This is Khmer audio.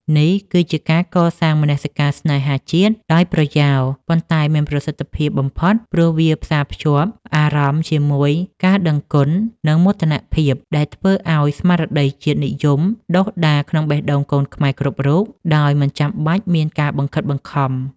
នេះគឺជាការកសាងមនសិការស្នេហាជាតិដោយប្រយោល ប៉ុន្តែមានប្រសិទ្ធភាពបំផុត ព្រោះវាផ្សារភ្ជាប់អារម្មណ៍ជាមួយការដឹងគុណ និងមោទនភាព ដែលធ្វើឱ្យស្មារតីជាតិនិយមដុះដាលក្នុងបេះដូងកូនខ្មែរគ្រប់រូបដោយមិនចាំបាច់មានការបង្ខិតបង្ខំ។